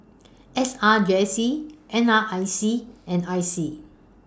S R J C N R I C and I C